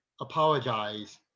apologize